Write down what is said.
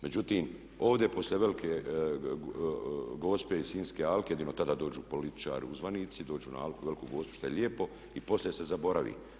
Međutim, ovdje je poslije Velike Gospe i Sinjske Alke jedino tada dođu političari, uzvanici dođu na Alku, Veliku Gospu što je lijepo i poslije se zaboravi.